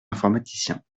informaticiens